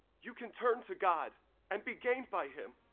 you can turn to god and be gained by him.